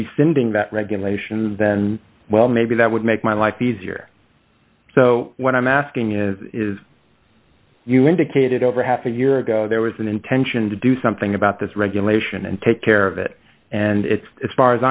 rescinding that regulations then well maybe that would make my life easier so what i'm asking is is you indicated over half a year ago there was an intention to do something about this regulation and take care of it and it's far as